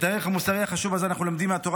את הערך המוסרי החשוב הזה אנחנו לומדים מהתורה,